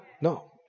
No